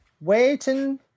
waiting